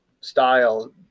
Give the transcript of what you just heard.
style